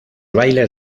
bailes